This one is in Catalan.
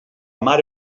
mare